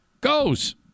goes